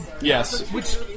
Yes